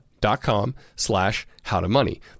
dot.com/slash/how-to-money